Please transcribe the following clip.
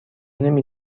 نمی